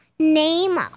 Name